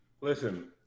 Listen